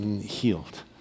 healed